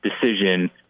decision